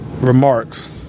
remarks